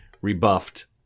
rebuffed